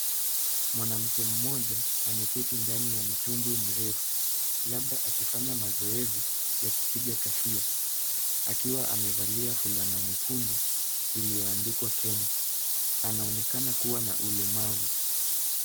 Mwanammke mmoja, ameketi ndani ya mtumbwi mrefu labda akifanya mazoezi ya kubeba Kasia. Akiwa amevalia fulana nyekundu iliyo andikwa Kenya anaonekana kuwa na ulemavu.